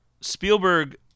Spielberg